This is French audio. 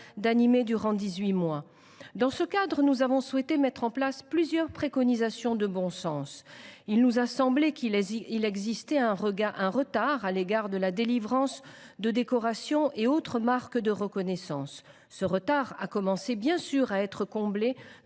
d’animer durant dix huit mois. Dans ce cadre, nous avons souhaité mettre en avant plusieurs préconisations de bon sens. Il nous a semblé qu’il existait un retard dans la délivrance des décorations et autres marques de reconnaissance. Celui ci a commencé à être comblé